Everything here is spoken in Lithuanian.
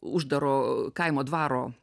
uždaro kaimo dvaro